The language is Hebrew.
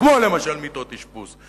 כמו למשל מיטות אשפוז,